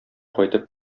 кайтып